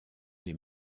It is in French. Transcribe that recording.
les